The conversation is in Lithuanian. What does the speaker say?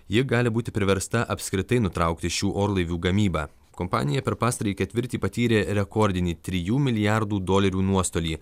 ji gali būti priversta apskritai nutraukti šių orlaivių gamybą kompanija per pastarąjį ketvirtį patyrė rekordinį trijų milijardų dolerių nuostolį